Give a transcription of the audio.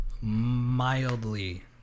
mildly